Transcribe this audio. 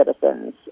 citizens